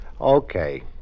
Okay